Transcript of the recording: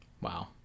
Wow